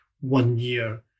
one-year